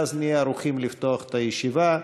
ואז נהיה ערוכים לפתוח את הישיבה,